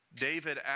David